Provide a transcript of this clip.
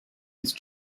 ist